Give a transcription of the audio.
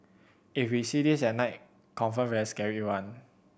if we see this at night confirm very scary one